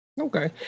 Okay